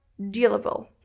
dealable